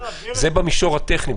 זה במישור הטכני.